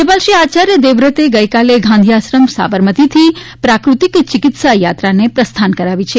રાજ્યપાલ શ્રી આચાર્ય દેવવ્રતે ગઇકાલે ગાંધી આશ્રમ સાબરમતીથી પ્રાકૃતિક ચિકિત્સા યાત્રાને પ્રસ્થાન કરાવી છે